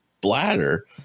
bladder